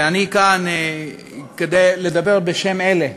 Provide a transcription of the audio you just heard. ואני כאן כדי לדבר בשם אלה,